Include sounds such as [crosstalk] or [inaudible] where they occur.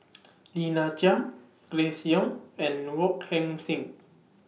[noise] Lina Chiam Grace Young and Wong Heck Sing